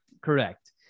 correct